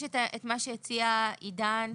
יש את מה שהציע עידן,